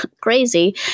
crazy